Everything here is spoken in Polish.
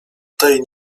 tej